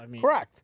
Correct